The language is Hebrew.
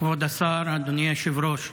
כבוד השר, אדוני היושב-ראש,